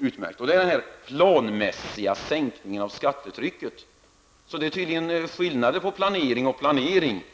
utmärkt, och det är den planmässiga sänkningen av skattetrycket. Det är tydligen skillnad på planering och planering.